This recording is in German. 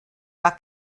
war